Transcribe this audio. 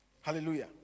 Hallelujah